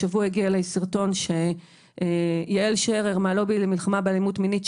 השבוע הגיע אליי סרטון שיעל שרר מהלובי למלחמה באלימות מינית,